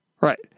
Right